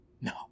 No